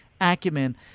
acumen